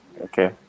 Okay